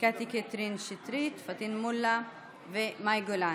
קטי קטרין שטרית, פטין מולה ומאי גולן,